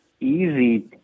easy